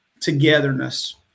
Togetherness